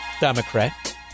Democrat